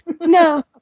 No